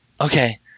Okay